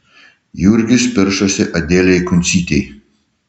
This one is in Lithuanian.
jurgis piršosi adelei kuncytei